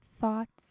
thoughts